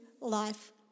life